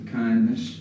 kindness